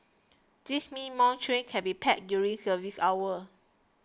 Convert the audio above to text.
this means more trains can be packed during service hours